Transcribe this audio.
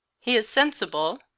he is sensible,